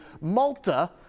Malta